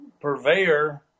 purveyor